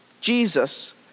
Jesus